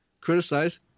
criticize